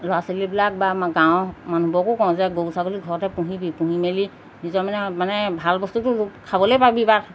ল'ৰা ছোৱালীবিলাক বা গাঁৱৰ মানুহবোৰকো কওঁ যে গৰু ছাগলী ঘৰতে পুহিবি পুহি মেলি নিজৰ মানে মানে ভাল বস্তুটো খাবলেই পাবি বা